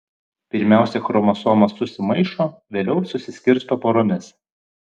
pirmiausia chromosomos susimaišo vėliau susiskirsto poromis